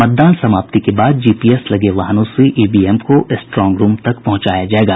मतदान समाप्ति के बाद जीपीएस लगे वाहनों से ईवीएम को स्ट्रांग रूम तक पहुंचाया जायेगा